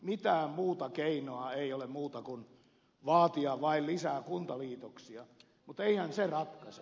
mitään muuta keinoa ei ole kuin vaatia vain lisää kuntaliitoksia mutta eihän se ratkaise